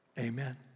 Amen